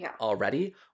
already